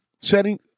setting